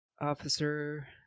Officer